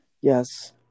yes